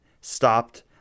stopped